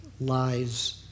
lies